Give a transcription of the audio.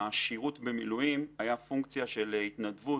השירות במילואים היה פונקציה של התנדבות.